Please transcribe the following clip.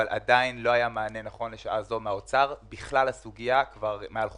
אבל אין מענה נכון לסוגיה הזאת מהאוצר כבר מעל לחודש.